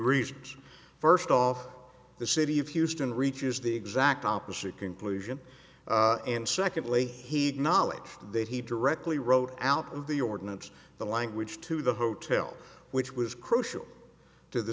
reasons first off the city of houston reaches the exact opposite conclusion and secondly he had knowledge that he directly wrote out of the ordinance the language to the hotel which was crucial to the